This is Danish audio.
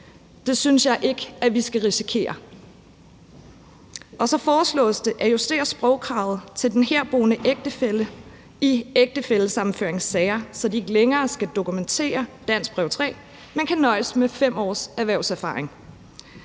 det synes jeg ikke vi skal risikere. Så foreslås det at justere sprogkravet til den herboende ægtefælle i ægtefællesammenføringssager, så de ikke længere skal dokumentere danskprøve 3, men kan nøjes med 5 års erhvervserfaring.